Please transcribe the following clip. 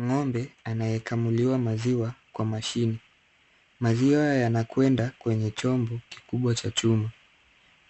Ng'ombe anayekamuliwa maziwa kwa mashine. Maziwa yanakwenda kwenye chombo kikubwa cha chuma.